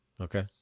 Okay